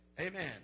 Amen